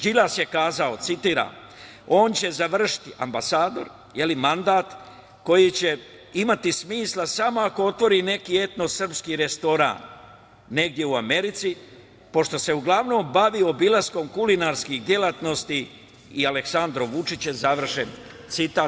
Đilas je kazao, citiram – on će završiti, ambasador, mandat koji će imati smisla samo ako otvori neki etno srpski restoran negde u Americi pošto se uglavnom bavio obilaskom kulinarskih delatnosti i Aleksandrom Vučićem, završen citat.